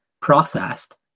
processed